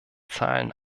zahlen